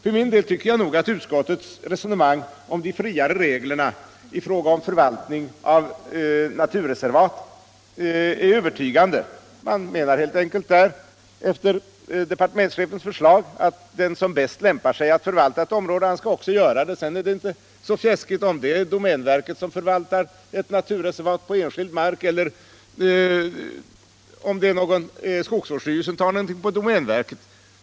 För min del tycker jag att utskottets resonemang om de friare reglerna i fråga om förvaltningen av naturreservat är övertygande. Man menar i enlighet med departementschefens förslag att den som bäst lämpar sig att förvalta ett område också skall göra det. Sedan spelar det inte så stor roll om det är domänverket som förvaltar ett naturreservat på enskild mark eller om en skogsvårdsstyrelse förvaltar en del av domänverkets mark.